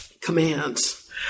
Commands